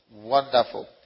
wonderful